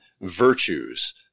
virtues